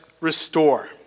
restore